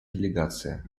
делегации